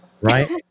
Right